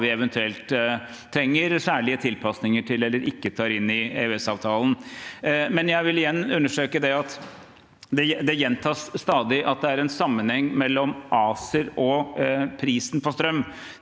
vi eventuelt trenger særlige tilpasninger til eller ikke tar inn i EØS-avtalen. Når det gjelder at det stadig gjentas at det er en sammenheng mellom ACER og prisen på strøm,